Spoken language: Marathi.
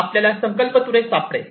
आपल्याला काही संकल्पतुरे सापडेल